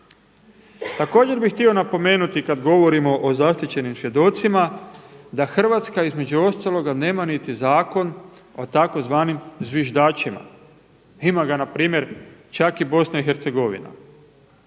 Također bi htio napomenuti kada govorimo o zaštićenim svjedocima da Hrvatska između ostaloga nema niti zakon o tzv. zviždačima, ima ga npr. čak i BiH, a mi ga